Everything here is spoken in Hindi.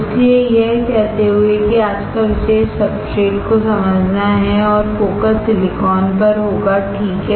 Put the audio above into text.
इसलिए यह कहते हुए कि आज का विषय सबस्ट्रेट को समझना है और फोकससिलिकॉन पर होगा ठीक है